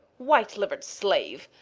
white-liver'd slave!